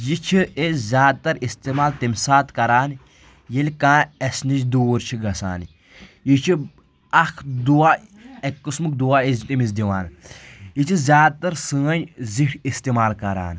یہِ چھِ أسۍ زیادٕ تر استعمال تمہِ ساتہٕ کران ییٚلہِ کانٛہہ اسہِ نِش دوٗر چھُ گژھان یہِ چھِ اکھ دُعا اَکہِ قٕسمُک دُعا أسۍ أمِس دِوان یہِ چھِ زیادٕ تر سٲنۍ زِٹھۍ استعمال کران